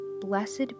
Blessed